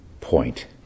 point